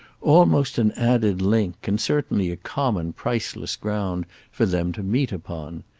almost an added link and certainly a common priceless ground for them to meet upon.